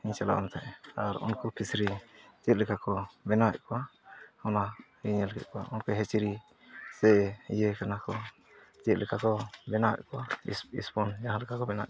ᱤᱧ ᱪᱟᱞᱟᱣ ᱞᱮᱱ ᱛᱟᱦᱮᱸᱫ ᱟᱨ ᱩᱱᱠᱩ ᱯᱷᱤᱥᱨᱤ ᱪᱮᱫ ᱞᱮᱠᱟ ᱠᱚ ᱵᱮᱱᱟᱣᱮᱫ ᱠᱚᱣᱟ ᱚᱱᱟᱞᱮ ᱧᱮᱞ ᱠᱮᱫ ᱠᱚᱣᱟ ᱩᱱᱠᱩ ᱦᱮᱪᱟᱹᱨᱤ ᱥᱮ ᱤᱭᱟᱹ ᱠᱟᱱᱟ ᱠᱚ ᱪᱮᱫ ᱞᱮᱠᱟ ᱠᱚ ᱵᱮᱱᱟᱣᱮᱫ ᱠᱚᱣᱟ ᱵᱤᱥ ᱵᱤᱥ ᱯᱚᱱ ᱡᱟᱦᱟᱸ ᱞᱮᱠᱟ ᱠᱚ ᱵᱮᱱᱟᱣᱮᱫ ᱠᱚᱣᱟ